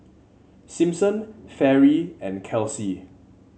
Simpson Fairy and Kelsey